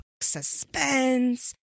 suspense